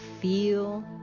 feel